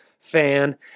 fan